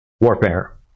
warfare